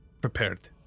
prepared